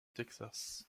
texas